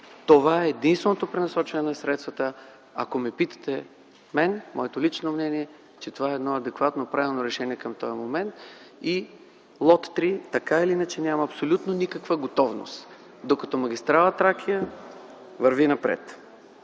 Това е единственото пренасочване на средствата. Ако питате мен, моето лично мнение е, че това е едно адекватно, правилно решение към този момент. Лот 3, така или иначе, няма абсолютно никаква готовност, докато магистрала „Тракия” върви напред.